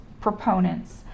proponents